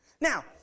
now